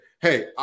hey